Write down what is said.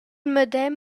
medem